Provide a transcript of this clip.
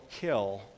kill